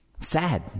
Sad